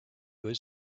good